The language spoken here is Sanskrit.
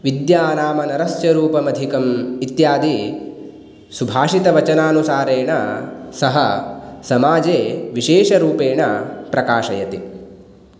विद्या नाम नरस्य रूपमधिकम् इत्यादि सुभाषितवचनानुसारेण सः समाजे विशेषरूपेण प्रकाशयति